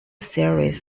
series